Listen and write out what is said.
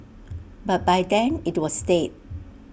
but by then IT was dead